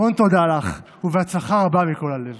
המון תודה לך, ובהצלחה רבה מכל הלב.